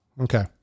Okay